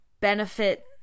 benefit